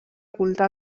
culte